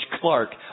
Clark